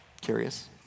Curious